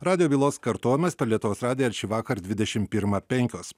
radijo bylos kartojimas per lietuvos radiją ir šįvakar dvidešim pirmą penkios